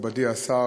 מכובדי השר,